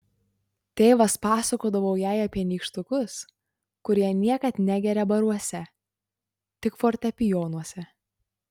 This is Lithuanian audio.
tėvas pasakodavo jai apie nykštukus kurie niekad negerią baruose tik fortepijonuose